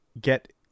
get